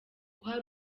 guha